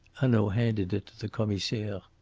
hanaud handed it to the commissaire.